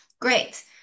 Great